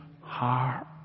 heart